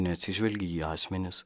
neatsižvelgi į asmenis